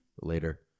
later